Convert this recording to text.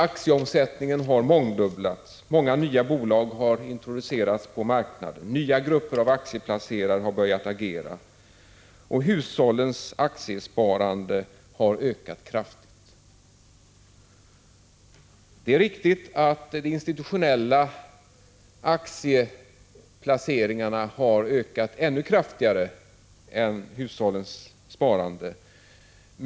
Aktieomsättningen har mångdubblats. Många nya bolag har introducerats på marknaden. Nya grupper av aktieplacerare har börjat agera. Hushållens aktiesparande har ökat kraftigt. Det är riktigt att de institutionella aktieplaceringarna har ökat ännu kraftigare än hushållens sparande.